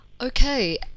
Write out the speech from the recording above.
Okay